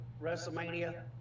WrestleMania